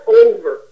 over